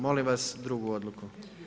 Molim vas drugu odluku.